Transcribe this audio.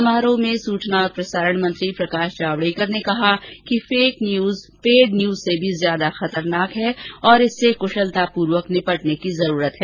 समारोह में सूचना और प्रसारण मंत्री प्रकाश जावड़ेकर ने कहा कि फेक न्यूज पेड न्यूज से भी ज्यादा खतरनाक है और इससे कुशलतापूर्वक निपटने की जरूरत है